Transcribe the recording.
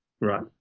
right